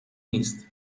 نیست